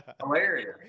hilarious